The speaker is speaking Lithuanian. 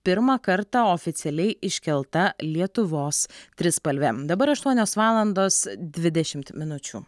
pirmą kartą oficialiai iškelta lietuvos trispalvė dabar aštuonios valandos dvidešimt minučių